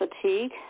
fatigue